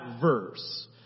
verse